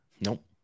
Nope